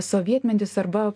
sovietmetis arba